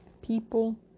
people